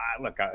look